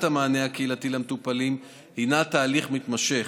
המענה הקהילתי למטופלים הן תהליך מתמשך.